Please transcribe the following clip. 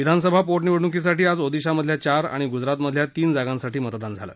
विधानसभा पोटनिवडणुकीसाठी आज ओदिशामधल्या चारआणि गुजरातमधल्या तीन जागांसाठी मतदान झालं